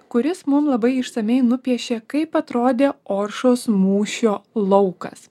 kuris mum labai išsamiai nupiešė kaip atrodė oršos mūšio laukas